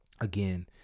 again